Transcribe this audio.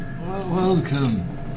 Welcome